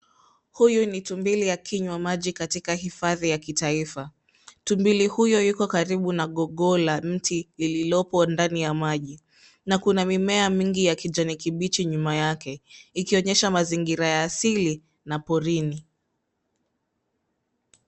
Huyu ni tumbili akinywa maji katika hifadhi ya kitaifa. Tumbili huyu yuko karibu na gogoo la mti lililopo ndani ya maji na kuna mimea mingi ya kijani kibichi nyuma yake ikionyesha mazingira ya asili na porini.